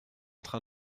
train